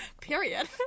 Period